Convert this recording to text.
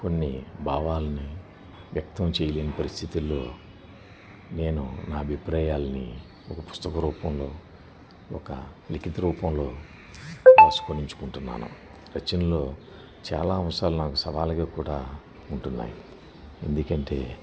కొన్ని భావాల్ని వ్యక్తం చేయలేని పరిస్థితుల్లో నేను నా అభిప్రాయాల్ని ఒక పుస్తక రూపంలో ఒక లిఖిత రూపంలో ఆవిష్కరించుకుంటున్నాను రచనలో చాలా అంశాలు నాకు సవాలుగా కూడా ఉంటున్నాయి ఎందుకంటే